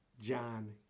John